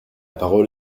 parole